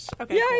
Okay